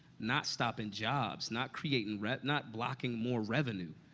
not stopping jobs, not creating re not blocking more revenue,